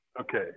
Okay